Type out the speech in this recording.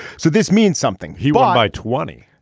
so this means something he won by twenty.